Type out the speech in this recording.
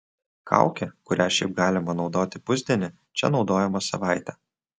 kaukė kurią šiaip galima naudoti pusdienį čia naudojama savaitę